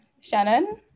Shannon